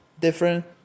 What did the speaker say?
different